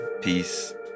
peace